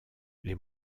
les